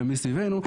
מסביבנו,